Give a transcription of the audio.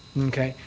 okay.